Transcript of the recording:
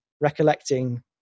recollecting